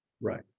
Right